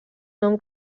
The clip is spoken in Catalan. nom